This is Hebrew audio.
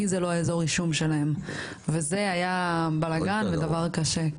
כי זה לא אזור הרישום שלהם וזה היה בלגן ודבר קשה,